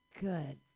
good